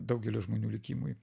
daugelio žmonių likimui